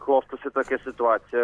klostosi tokia situacija